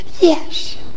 yes